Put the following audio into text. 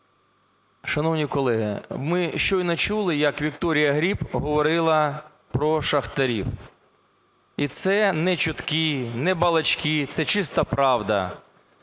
Шановні колеги, ми щойно чули, як Вікторія Гриб говорила про шахтарів і це не чутки, не балачки, це чиста правда.